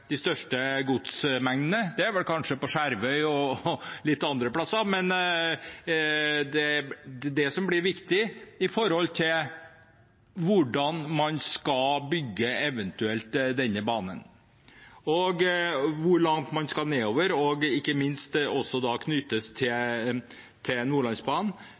de største godsmengdene – det er vel på Skjervøy og litt andre plasser – men det er det som blir viktig for hvordan man eventuelt skal bygge denne banen, og for hvor langt man skal nedover og knytte den til Nordlandsbanen,